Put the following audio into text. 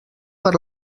per